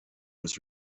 was